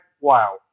wow